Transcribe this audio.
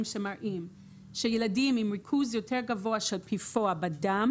שמראים שאצל ילדים עם ריכוז יותר גבוה של PFOA בדם